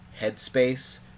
headspace